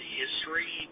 history